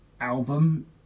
album